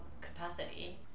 capacity